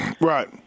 right